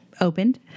opened